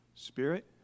Spirit